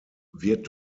wird